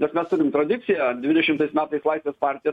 nes mes turim tradiciją dvidešimtais metais laisvės partija